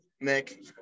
Nick